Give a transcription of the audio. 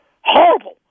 horrible